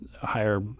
higher